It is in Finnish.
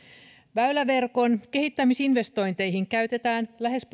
väyläverkon kehittämisinvestointeihin käytetään lähes